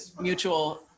mutual